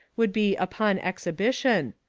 would be upon exhibition.